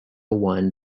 one